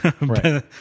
Right